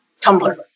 Tumblr